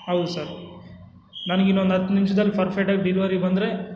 ಹೌದು ಸರ್ ನನ್ಗೆ ಇನ್ನೊಂದು ಹತ್ ನಿಮ್ಷದಲ್ಲಿ ಫರ್ಫೆಟ್ಟಾಗಿ ಡಿಲ್ವರಿ ಬಂದರೆ